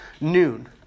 noon